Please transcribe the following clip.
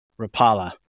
Rapala